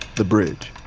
the bridge.